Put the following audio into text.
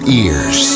ears